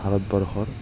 ভাৰতবৰ্ষৰ